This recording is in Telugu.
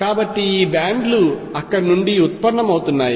కాబట్టి ఈ బ్యాండ్లు అక్కడ నుండి ఉత్పన్నమవుతాయి